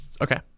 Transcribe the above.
okay